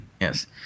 Yes